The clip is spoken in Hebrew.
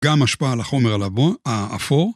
גם השפעה על החומר הלבון, האפור.